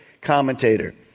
commentator